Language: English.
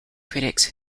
critics